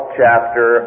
chapter